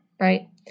right